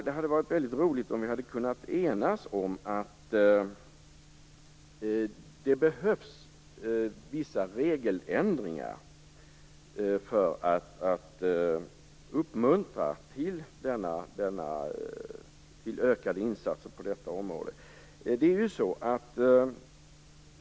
Det hade varit väldigt roligt om vi också hade kunnat enas om att det behövs vissa regeländringar för att uppmuntra till ökade insatser på detta område.